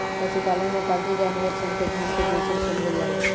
पशुपालन में पालतू जानवर सन के धन के जइसन समझल जाला